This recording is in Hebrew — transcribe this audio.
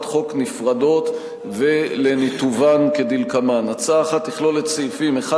חוק נפרדות ולניתובן כדלקמן: הצעה אחת תכלול את סעיפים 1